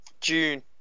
June